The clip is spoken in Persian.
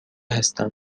هستم